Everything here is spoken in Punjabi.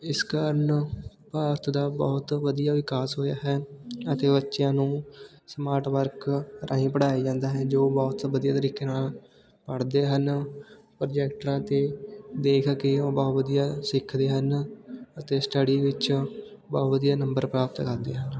ਇਸ ਕਾਰਨ ਭਾਰਤ ਦਾ ਬਹੁਤ ਵਧੀਆ ਵਿਕਾਸ ਹੋਇਆ ਹੈ ਅਤੇ ਬੱਚਿਆਂ ਨੂੰ ਸਮਾਰਟ ਵਰਕ ਰਾਹੀਂ ਪੜ੍ਹਾਇਆ ਜਾਂਦਾ ਹੈ ਜੋ ਬਹੁਤ ਵਧੀਆ ਤਰੀਕੇ ਨਾਲ ਪੜ੍ਹਦੇ ਹਨ ਪ੍ਰੋਜੈਕਟਾਂ 'ਤੇ ਦੇਖ ਕੇ ਉਹ ਬਹੁਤ ਵਧੀਆ ਸਿੱਖਦੇ ਹਨ ਅਤੇ ਸਟੱਡੀ ਵਿੱਚ ਬਹੁਤ ਵਧੀਆ ਨੰਬਰ ਪ੍ਰਾਪਤ ਕਰਦੇ ਹਨ